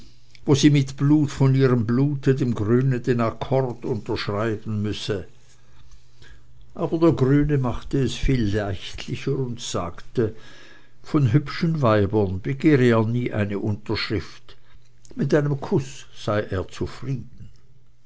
wo sie mit blut von ihrem blute dem grünen den akkord unterschreiben müsse aber der grüne machte es viel leichtlicher und sagte von hübschen weibern begehre er nie eine unterschrift mit einem kuß sei er zufrieden